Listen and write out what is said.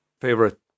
favorite